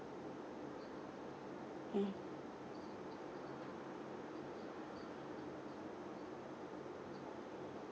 mm